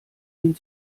den